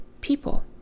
people